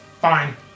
fine